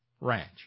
ranch